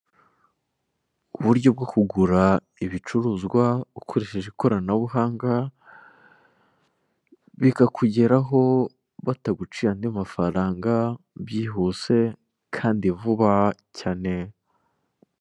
Uburyo bwo kugura ibicuruzwa ukoresheje ikoranabuhanga, bikakugeraho bataguciye andi mafaranga, byihuse kandi vuba cyane.